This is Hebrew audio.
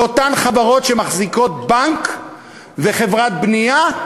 לאותן חברות שמחזיקות בנק וחברת בנייה,